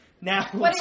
now